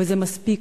וזה מספיק.